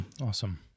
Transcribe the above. Awesome